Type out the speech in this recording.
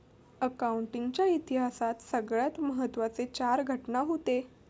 accounting च्या इतिहासात सगळ्यात महत्त्वाचे चार घटना हूते